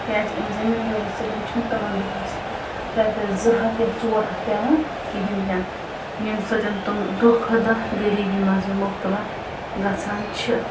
کیٛازِ امہِ زٔمیٖن دٲری سۭتۍ چھُنہٕ تمن دۄہس رۄپیس زٕ ہَتھ یا ژور ہَتھ پیٚوان کِہیٖنۍ تہِ نہٕ ییٚمہِ سۭتۍ تِم دۄہ کھۄتہٕ دۄہ غٔریٖبی منٛزٕے مبتلا گَژھان چھِ